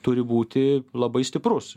turi būti labai stiprus